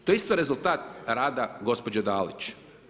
To je isto rezultat rada gospođe Dalić.